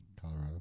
Colorado